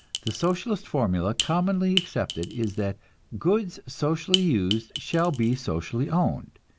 the socialist formula commonly accepted is that goods socially used shall be socially owned,